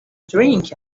drink